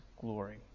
glory